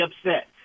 upset